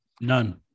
None